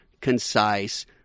concise